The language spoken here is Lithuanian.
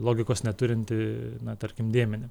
logikos neturintį na tarkim dėmenį